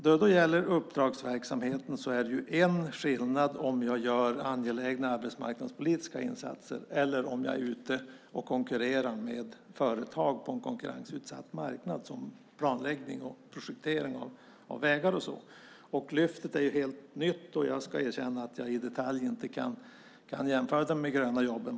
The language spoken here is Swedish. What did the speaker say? När det gäller uppdragsverksamheten är det skillnad om jag gör angelägna arbetsmarknadspolitiska insatser eller om jag är ute och konkurrerar med företag på en konkurrensutsatt marknad, som med planläggning och projektering av vägar. Lyftet är ju helt nytt, och jag ska erkänna att jag inte i detalj kan jämföra det med de gröna jobben.